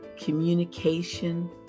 communication